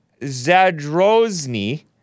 Zadrozny